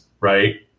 right